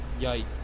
Yikes